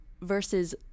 versus